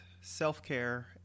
self-care